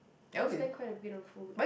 I will spend quite a bit on food